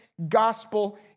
gospel